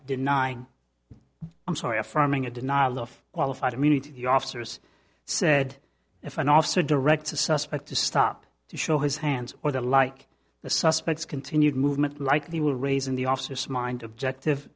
denying i'm sorry affirming a denial of qualified immunity the officers said if an officer directs a suspect to stop to show his hands or the like the suspects continued movement like they will raise in the officer's mind objective